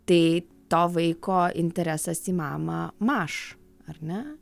tai to vaiko interesas į mamą maš ar ne